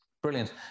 Brilliant